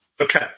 Okay